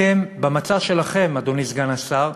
אתם במצע שלכם, אדוני סגן השר,